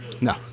No